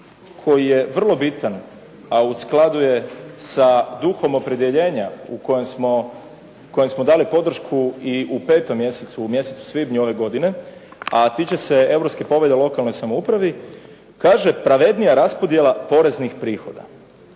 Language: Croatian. koji je vrlo bitan, a u skladu je sa duhom opredjeljenja kojem smo dali podršku i u petom mjesecu u mjesecu svibnju ove godine, a tiče se Europske povelje o lokalnoj samoupravi, kaže pravednija raspodjela poreznih prihoda